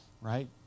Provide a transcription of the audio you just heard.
right